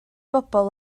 bobl